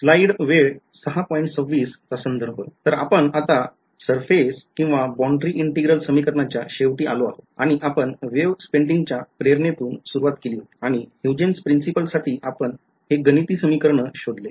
तर आपण आता सरफेस किंवा बॉण्ड्री integral समीकरणाच्या शेवटी आलो आहोत आणि आपण वेव स्पेंडिंगच्या प्रेरणेतून सुरुवात केली होती आणि Huygens प्रिन्सिपल साठी आपण हे गणिती समीकरणं शोधले